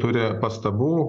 turi pastabų